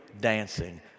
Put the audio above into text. dancing